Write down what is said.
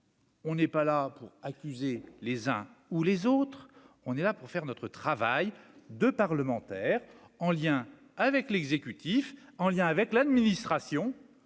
On n'est pas là pour accuser les uns ou les autres, on est là pour faire notre travail de parlementaire en lien avec l'exécutif, en lien avec l'administration